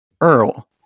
Earl